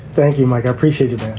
thank you, mike. i appreciate it